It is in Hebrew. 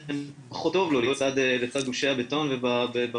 ולכן פחות טוב לו להיות לצד גושי הבטון ובעיר,